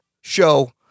show